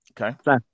Okay